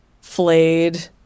flayed